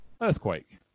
Earthquake